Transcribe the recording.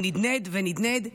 הוא נדנד ונדנד,